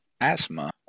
asthma